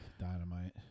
Dynamite